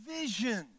vision